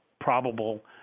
probable